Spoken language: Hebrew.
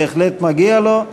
בהחלט מגיע לו.